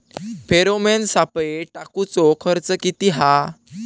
Pheromone सापळे टाकूचो खर्च किती हा?